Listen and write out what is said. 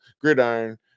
gridiron